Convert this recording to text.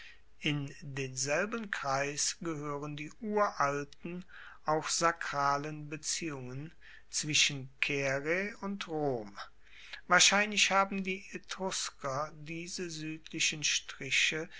in denselben kreis gehoeren die uralten auch sakralen beziehungen zwischen caere und rom wahrscheinlich haben die etrusker diese suedlichen striche